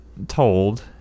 told